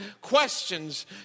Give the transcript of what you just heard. Questions